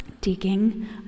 digging